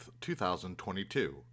2022